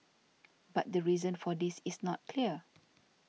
but the reason for this is not clear